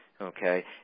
okay